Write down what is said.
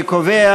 אני קובע